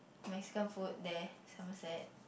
Mexican food there Somerset